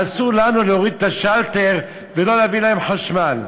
אסור לנו להוריד את השלטר ולא לתת להם חשמל,